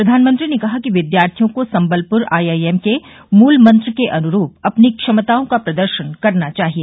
प्रधानमंत्री ने कहा कि विद्यार्थियों को संबलप्र आईआईएम के मूल मंत्र के अनुरूप अपनी क्षमताओं का प्रदर्शन करना चाहिए